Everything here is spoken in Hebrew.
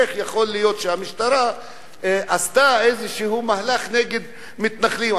איך יכול להיות שהמשטרה עשתה איזה מהלך נגד מתנחלים.